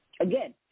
Again